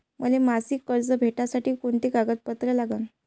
मले मासिक कर्ज भेटासाठी का कुंते कागदपत्र लागन?